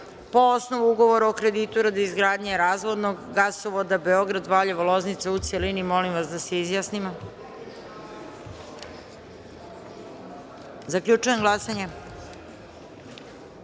po osnovu ugovora o kreditu radi izgradnje razvodnog gasovoda Beograd – Valjevo – Loznica, u celini. Molim vas da se izjasnimo. Zaključujem glasanje: